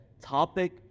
Topic